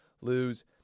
lose